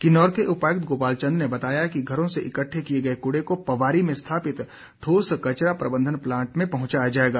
किन्नौर के उपायुक्त गोपाल चंद ने बताया कि घरों से इकट्ठे किए गए कूड़े को पवारी में स्थापित ठोस कचरा प्रबंधन प्लांट में पहुंचाया जाएगा